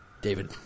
David